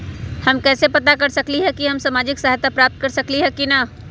हम कैसे पता कर सकली ह की हम सामाजिक सहायता प्राप्त कर सकली ह की न?